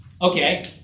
Okay